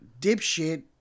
dipshit